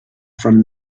from